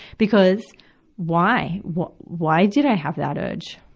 because why? why why did i have that urge?